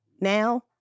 Now